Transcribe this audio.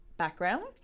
background